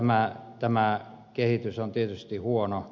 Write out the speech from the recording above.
tämä kehitys on tietysti huono